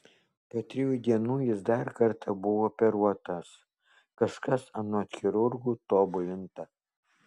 po trijų dienų jis dar kartą buvo operuotas kažkas anot chirurgų tobulinta